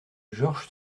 georges